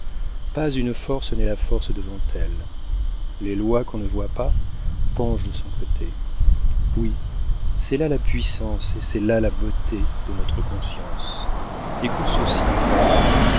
pas une force n'est la force devant elle les lois qu'on ne voit pas penchent de son côté oui c'est là la puissance et c'est là la beauté de notre conscience écoute ceci prêtre